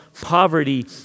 poverty